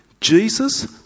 Jesus